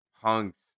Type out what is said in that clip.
punks